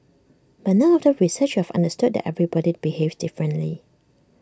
but now after research we have understood that everybody behaves differently